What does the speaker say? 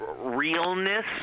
realness